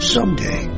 Someday